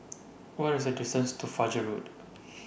What IS The distance to Fajar Road